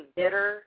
bitter